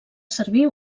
servir